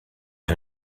est